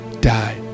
die